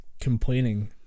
complaining